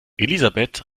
elisabeth